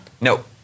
No